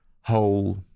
whole